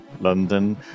london